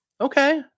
Okay